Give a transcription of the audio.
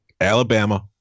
Alabama